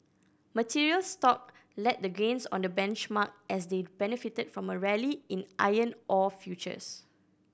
materials stock led the gains on the benchmark as they benefited from a rally in iron ore futures